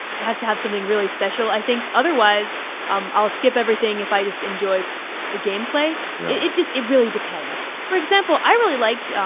it has to have something really special, i think, otherwise um i'll skip everything if i just enjoy the gameplay. it just, it really depends. for example, i really liked,